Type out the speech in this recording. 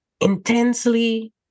intensely